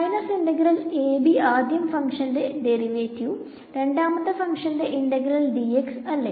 minus integral ab ആദ്യം ഫങ്ക്ഷന്റെ derivative രണ്ടാമത്തെ ഫഗ്ഷന്റെ ഇന്റഗ്രൽ dx അല്ലെ